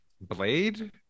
Blade